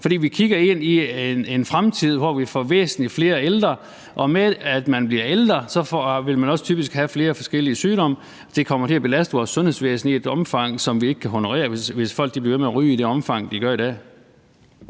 For vi kigger ind i en fremtid, hvor vi får væsentlig flere ældre, og i og med at man bliver ældre, vil man også typisk have flere forskellige sygdomme, og det kommer til at belaste vores sundhedsvæsen i et omfang, som vi ikke kan honorere, hvis folk bliver ved med at ryge i det omfang, de gør i dag.